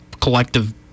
collective